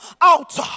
out